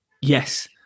Yes